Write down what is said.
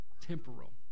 temporal